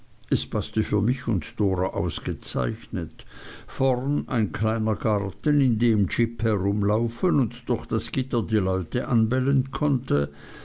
es paßte für mich und dora ausgezeichnet vorn ein kleiner garten in dem jip herumlaufen und durch das gitter die leute anbellen konnte